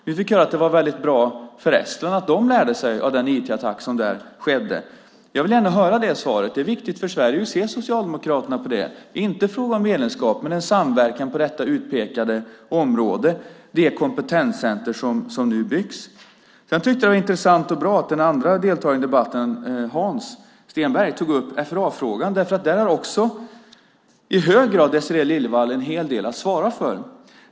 Vi fick höra att det var väldigt bra för esterna att de lär sig av den IT-attack som där skedde. Jag vill gärna höra det svaret. Det är viktigt för Sverige. Hur ser Socialdemokraterna på det? Det är inte fråga om medlemskap utan om samverkan på detta utpekade område, det kompetenscenter som nu byggs. Sedan tyckte jag att det var intressant och bra att den andra deltagaren i debatten, Hans Stenberg, tog upp FRA-frågan, därför att där har också Désirée Liljevall i hög grad en hel del att svara för.